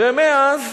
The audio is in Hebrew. ומאז,